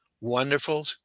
wonderful